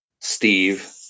Steve